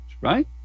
right